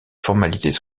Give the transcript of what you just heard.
formalités